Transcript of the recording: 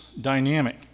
dynamic